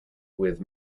with